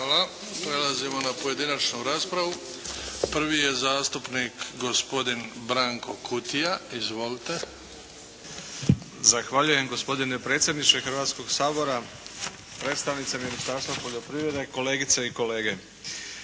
Hvala. Prelazimo na pojedinačnu raspravu. Prvi je zastupnik gospodin Branko Kutija. Izvolite. **Kutija, Branko (HDZ)** Zahvaljujem gospodine predsjedniče Hrvatskoga sabora, predstavnici Ministarstva poljoprivrede, kolegice i kolege.